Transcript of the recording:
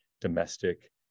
domestic